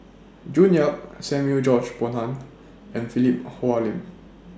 June Yap Samuel George Bonham and Philip Hoalim